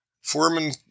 Foreman